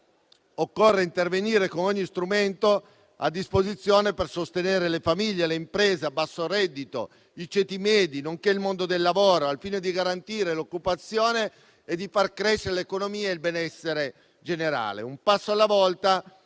occorre intervenire con ogni strumento a disposizione per sostenere le famiglie e le imprese a basso reddito, i ceti medi, nonché il mondo del lavoro, al fine di garantire l’occupazione e di far crescere l’economia e il benessere generale. Un passo alla volta,